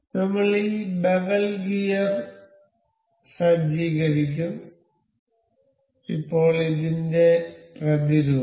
നമ്മൾ ഈ bevel gear സജ്ജീകരിക്കും ഇപ്പോൾ ഇതിന്റെ പ്രതിരൂപം